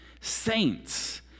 Saints